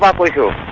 but political